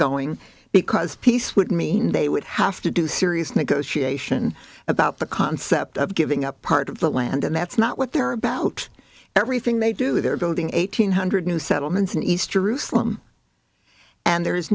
going because peace would mean they would have to do serious negotiation about the concept of giving up part of the land and that's not what they're about everything they do they're building eight hundred new settlements in east jerusalem and there is